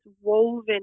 woven